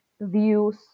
views